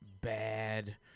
bad